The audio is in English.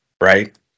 right